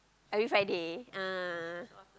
every Friday ah